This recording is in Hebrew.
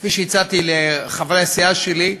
כפי שהצעתי לחברי הסיעה שלי,